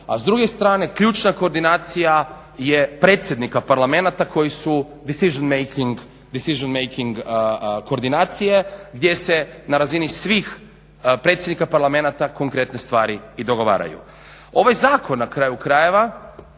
a s druge strane ključna koordinacija je predsjednika parlamenata koji su decision making koordinacije gdje se na razini svih predsjednika parlamenata konkretne stvari i dogovaraju. Ovaj zakon na kraju krajeva